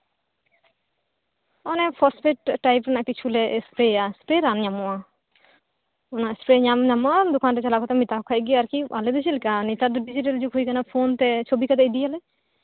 ᱚᱱᱮ phosphate type ᱨᱮᱱᱟᱜ ᱠᱤᱪᱷᱩᱞᱮ ᱮᱯᱨᱮᱭᱟ ᱚᱱᱟ ᱞᱟᱹᱜᱤᱫ ᱛᱮ ᱨᱟᱱ ᱧᱟᱢᱚᱜᱼᱟ ᱚᱱᱟ ᱮᱥᱯᱨᱮ ᱨᱟᱱ ᱧᱟᱢᱚᱜᱼᱟ ᱫᱚᱠᱟᱱ ᱨᱮ ᱪᱟᱞᱟᱣ ᱠᱟᱛᱮ ᱢᱮᱛᱟᱠᱚ ᱠᱷᱟᱡ ᱜᱮ ᱟᱞᱮ ᱫᱚ ᱪᱮᱫ ᱞᱮᱠᱟ ᱱᱮᱛᱟᱨ ᱫᱚ ᱰᱤᱡᱤᱴᱮᱞ ᱡᱩᱜᱽ ᱦᱩᱭ ᱟᱠᱟᱱᱟ ᱯᱷᱩᱱ ᱯᱷᱚᱱ ᱛᱮ ᱪᱷᱚᱵᱤ ᱠᱟᱛᱮ ᱤᱫᱤᱭᱟᱞᱮ